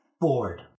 bored